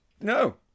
No